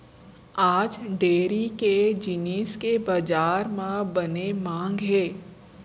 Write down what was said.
आज डेयरी के जिनिस के बजार म बने मांग हे